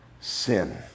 sin